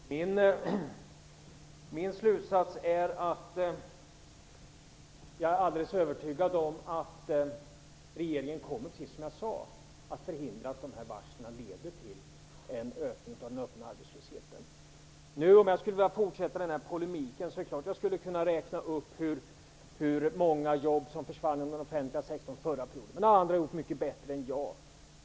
Fru talman! Min slutsats är - och där är jag helt övertygad - att regeringen, som jag sade, kommer att förhindra att varslen leder till en ökning av den öppna arbetslösheten. Om jag skulle vilja fortsätta att polemisera skulle jag jag helt klart kunna räkna upp hur många jobb som försvann inom den offentliga sektorn under den förra perioden, men det har andra gjort mycket bättre än jag skulle göra.